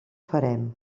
farem